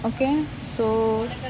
okay so